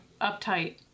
uptight